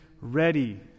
ready